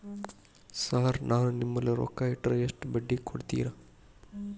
Sir ನಾನು ನಿಮ್ಮಲ್ಲಿ ರೊಕ್ಕ ಇಟ್ಟರ ಎಷ್ಟು ಬಡ್ಡಿ ಕೊಡುತೇರಾ?